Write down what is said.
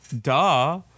Duh